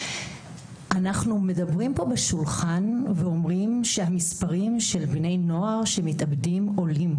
אנחנו מדברים פה בשולחן ואומרים שהמספרים של בני נוער שמתאבדים עולים.